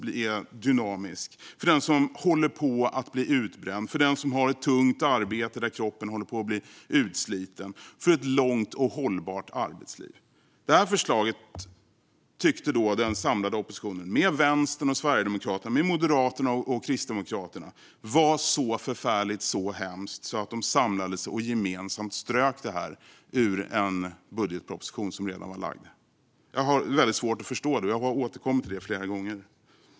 Det är ett stöd för den som håller på att bli utbränd, för den som har ett tungt arbete där kroppen håller på att slitas ut - för ett långt och hållbart arbetsliv. Det här förslaget tyckte den samlade oppositionen med Vänsterpartiet, Sverigedemokraterna, Moderaterna och Kristdemokraterna var så förfärligt och så hemskt att de samlade sig och gemensamt strök det ur en budgetproposition som redan var framlagd. Jag har väldigt svårt att förstå det, något som jag har återkommit till flera gånger.